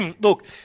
look